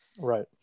right